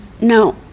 no